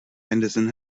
henderson